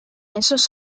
esos